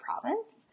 province